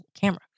camera